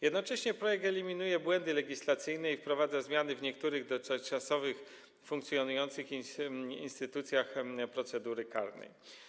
Jednocześnie projekt eliminuje błędy legislacyjne i wprowadza zmiany w niektórych dotychczasowych funkcjonujących instytucjach procedury karnej.